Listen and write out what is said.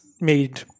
made